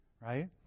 right